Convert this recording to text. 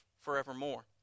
forevermore